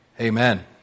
amen